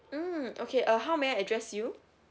mm okay uh how may I address you